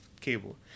Cable